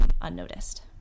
unnoticed